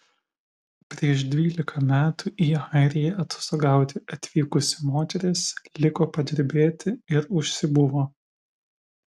prieš dvylika metų į airiją atostogauti atvykusi moteris liko padirbėti ir užsibuvo